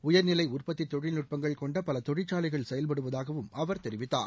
உயர்நிலை உற்பத்தி தொழில்நுட்பங்கள் கொண்ட பல தொழிற்சாலைகள் செயல்படுவதாகவும் அவர் தெரிவித்தார்